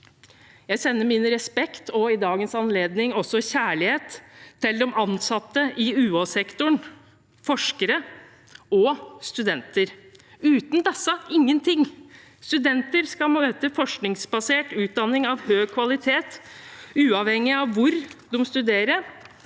Jeg sender min respekt – og i dagens anledning også kjærlighet – til de ansatte i UH-sektoren, forskere og studenter. Uten disse: ingenting. Studenter skal møte forskningsbasert utdanning av høy kvalitet uavhengig av hvor de studerer.